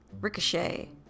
ricochet